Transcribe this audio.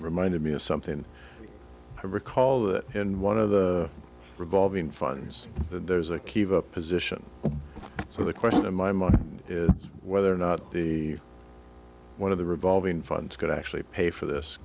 reminded me of something i recall that in one of the revolving funds there's a kiva position so the question in my mind is whether or not the one of the revolving funds could actually pay for this